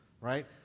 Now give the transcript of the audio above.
right